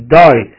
die